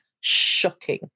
shocking